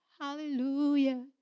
hallelujah